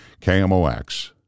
KMOX